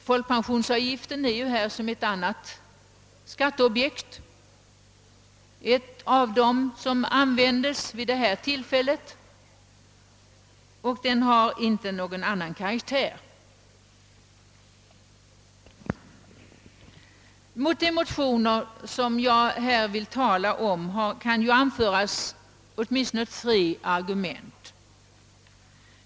Folkpensionsavgiften är ett av de skatteobjekt som används vid detta tillfälle och har inte någon annan karaktär. Mot de motioner som jag här vill tala om kan anföras åtminstone tre argument.